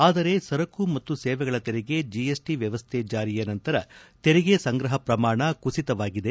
ಆದರೆ ಸರಕು ಮತ್ತು ಸೇವೆಗಳ ತೆರಿಗೆ ಜಿಎಸ್ಟಿ ವ್ಯವಸ್ಥೆ ಜಾರಿಯ ನಂತರ ತೆರಿಗೆ ಸಂಗ್ರಹ ಪ್ರಮಾಣ ಕುಸಿತವಾಗಿದೆ